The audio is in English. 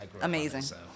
Amazing